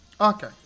Okay